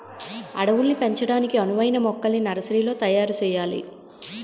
అడవుల్ని పెంచడానికి అనువైన మొక్కల్ని నర్సరీలో తయారు సెయ్యాలి